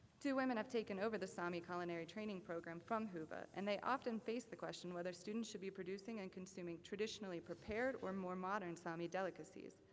two women have taken over the sami culinary training program from huuva, and they often face the question whether students should be producing and consuming traditionally prepared, or more modern sami delicacies.